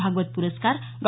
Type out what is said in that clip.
भागवत पुरस्कार डॉ